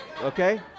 okay